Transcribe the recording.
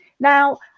Now